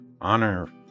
honor